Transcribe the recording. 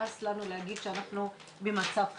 ונמאס לנו להגיד שאנחנו במצב חירום.